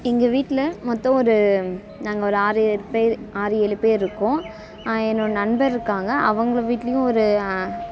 எங்கள் வீட்டில் மொத்தம் ஒரு நாங்கள் ஒரு ஆறு ஏழு பேர் ஆறு ஏழு பேர் இருக்கோம் என்னோட நண்பர் இருக்காங்க அவங்க வீட்லையும் ஒரு